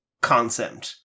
concept